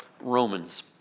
Romans